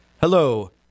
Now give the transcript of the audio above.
hello